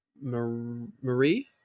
Marie